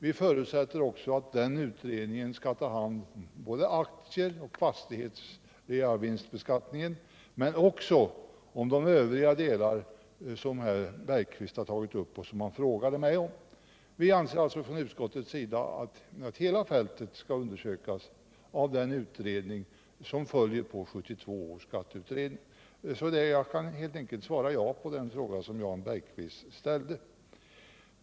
Vi förutsätter också att utredningen skall ta hand om reavinstbeskattningen när det gäller både aktier och fastigheter men också när det gäller de övriga delar som Jan Bergqvist har tagit upp och som han frågade mig om. Vi anser alltså att hela fältet skall utredas av den utredning som följer på 1972 års skatteutredning, så jag kan helt enkelt svara ja också på den fråga som Jan Bergqvist ställde.